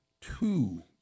two